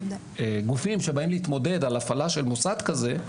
הגופים שבאים להתמודד על הפעלה של מוסד כזה,